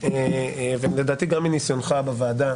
- ולדעתי גם מניסיונך בוועדה